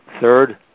Third